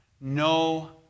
no